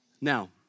Now